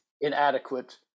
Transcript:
inadequate